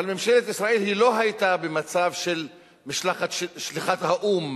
אבל ממשלת ישראל לא היתה במצב של שליחת האו"ם